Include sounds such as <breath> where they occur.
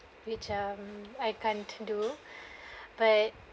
which um I can't do <breath> but